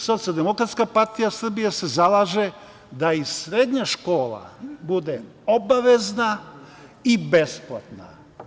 Socijaldemokratska partija Srbije se zalaže da i srednja škola bude obavezna i besplatna.